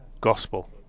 gospel